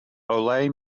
ole